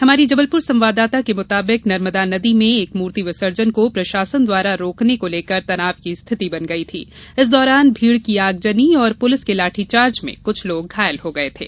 हमारी जबलपुर संवाददाता के मुताबिक नर्मदा नदी में एक मूर्ति विसर्जन को प्रसासन द्वारा रोकने को लेकर तनाव की स्थिती बन गई थी इस दौरान भीड़ की आगजनी और पुलिस के लाठीचार्ज में कुछ लोग घायल हो गए थे